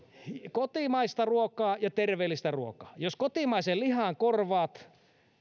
kotimaista ruokaa ja terveellistä ruokaa jos kotimaisen lihan korvaat